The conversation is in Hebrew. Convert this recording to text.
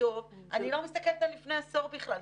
טוב אני לא מסתכלת על לפני עשור בכלל,